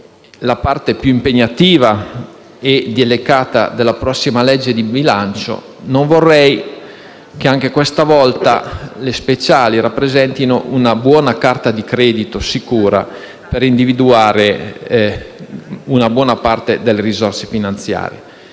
la parte più impegnativa e delicata della prossima legge di bilancio, non vorrei che anche questa volta le autonomie speciali rappresentassero una buona carta di credito, sicura, per individuare una buona parte delle risorse finanziarie.